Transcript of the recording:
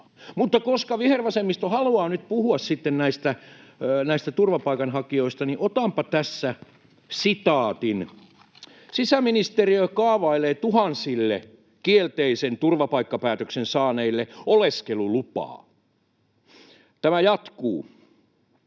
Mutta koska vihervasemmisto haluaa nyt puhua sitten näistä turvapaikanhakijoista, niin otanpa tässä sitaatin Ilta-Sanomista: ”Sisäministeriö kaavailee tuhansille kielteisen turvapaikkapäätöksen saaneille oleskelulupaa.” Tämä jatkuu: